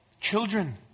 Children